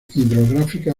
hidrográfica